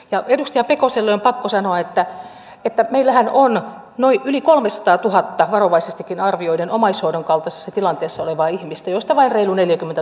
omasta kokemuksestani voin sanoa että esimerkiksi sahateollisuudessa on noi yli kolmesataatuhatta varovaisestikin arvioiden monia töitä jotka oppii parhaiten hyvän mestarin opastuksessa tekemällä